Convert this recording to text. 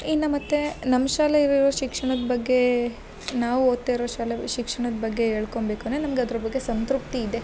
ಇನ್ನ ಮತ್ತು ನಮ್ಮ ಶಾಲೆ ಇರುರು ಶಿಕ್ಷಣದ ಬಗ್ಗೇ ನಾವು ಓದ್ತಾ ಇರೋ ಶಾಲೆ ಬ ಶಿಕ್ಷಣದ ಬಗ್ಗೆ ಹೇಳ್ಕೊಂಬೇಕೆಂದರೆ ನಮ್ಗ ಅದ್ರ ಬಗ್ಗೆ ಸಂತೃಪ್ತಿ ಇದೆ